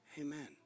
Amen